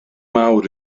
mawr